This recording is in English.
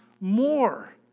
more